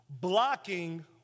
Blocking